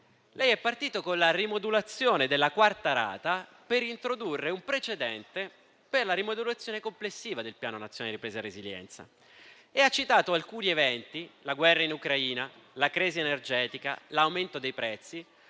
è partito dalla rimodulazione della quarta rata per introdurre un precedente per la rimodulazione complessiva del Piano nazionale di ripresa e resilienza e ha citato alcuni eventi, quali la guerra in Ucraina, la crisi energetica e l'aumento dei prezzi,